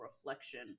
reflection